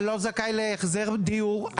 אני לא זכאי להחזר דיור,